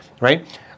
Right